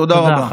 תודה.